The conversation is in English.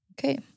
Okay